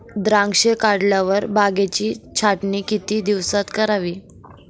द्राक्षे काढल्यावर बागेची छाटणी किती दिवसात करावी?